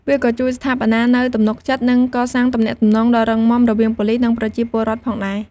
វាក៏ជួយស្ថាបនានូវទំនុកចិត្ត និងកសាងទំនាក់ទំនងដ៏រឹងមាំរវាងប៉ូលីស និងប្រជាពលរដ្ឋផងដែរ។